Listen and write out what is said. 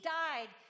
died